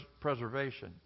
preservation